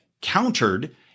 countered